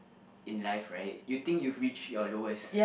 in life right you think you reached your lowest